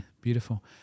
beautiful